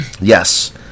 Yes